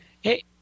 Hey